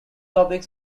topic